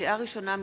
לקריאה ראשונה,